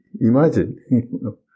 imagine